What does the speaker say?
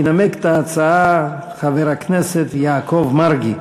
ינמק את ההצעה חבר הכנסת יעקב מרגי.